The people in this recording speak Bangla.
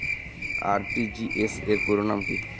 আর.টি.জি.এস র পুরো নাম কি?